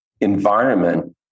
environment